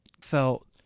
felt